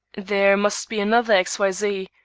there must be another x. y. z,